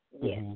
Yes